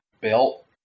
built